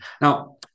Now